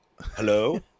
Hello